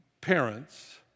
parents